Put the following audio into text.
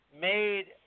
made